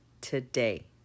today